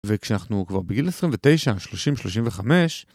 וכשאנחנו כבר בגיל 29, 30, 35,